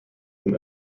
vom